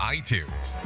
iTunes